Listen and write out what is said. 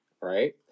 right